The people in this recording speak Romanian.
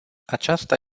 aceasta